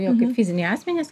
jo kaip fiziniai asmenys